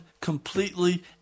completely